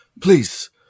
Please